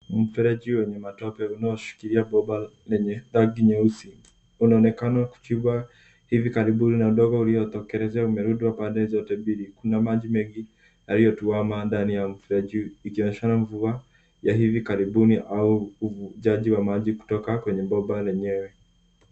Mfereji wenye matope unaoshikilia bomba lenye rangi nyeusi. Unaonekana ukiwa hivi karibuni na udongo uliotokelezea umerushwa pande zote mbili na maji mengi yaliyotuana ndani ya mfereji ikionyeshana mvua ya hivi karibuni au uvujaji wa maji kutoka kwenye bomba yenyewe.